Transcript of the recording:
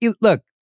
Look